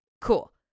cool